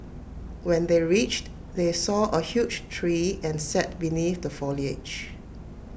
when they reached they saw A huge tree and sat beneath the foliage